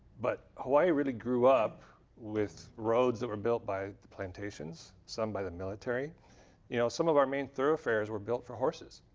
but hawai'i really group with roads that were built by plantations, some by the military you know some of our main thoroughfares were built for horses.